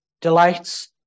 delights